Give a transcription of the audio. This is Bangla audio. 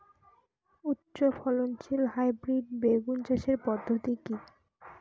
উচ্চ ফলনশীল হাইব্রিড বেগুন চাষের পদ্ধতি কী?